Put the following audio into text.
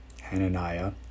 Hananiah